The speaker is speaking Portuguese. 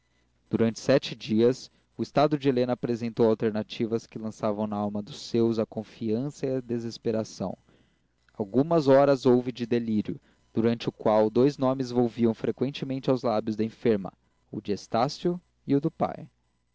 durante sete dias o estado de helena apresentou alternativas que lançavam na alma dos seus a confiança e a desesperação algumas horas houve de delírio durante o qual dois nomes volviam freqüentemente aos lábios da enferma o de estácio e o do pai